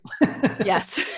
yes